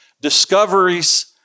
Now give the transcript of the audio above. Discoveries